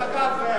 דרך אגב,